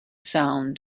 sound